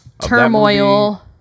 turmoil